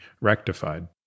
rectified